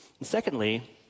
secondly